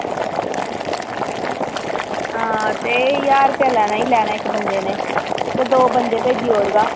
आं ते ज्हार रपेआ ज्हार रपेआ लैना ई इक्क बंदे नै ते दौ बंदे भेजी ओड़गा